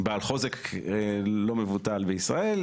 בעל חוזק לא מבוטל בישראל,